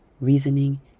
reasoning